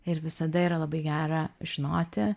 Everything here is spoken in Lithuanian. ir visada yra labai gera žinoti